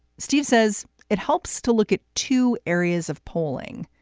steve says it helps to look at two areas of polling.